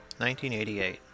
1988